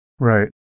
Right